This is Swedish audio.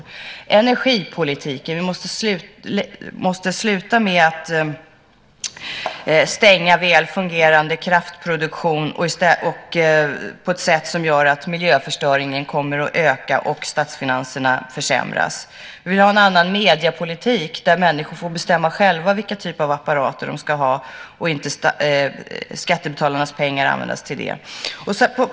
I energipolitiken måste vi sluta med att stänga väl fungerande kraftproduktion på ett sätt som gör att miljöförstöringen kommer att öka och statsfinanserna försämras. Vi vill ha en annan mediepolitik där människor får bestämma själva vilken typ av apparater de ska ha. Skattebetalarnas pengar ska inte användas till det.